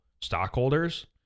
stockholders